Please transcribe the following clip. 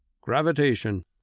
gravitation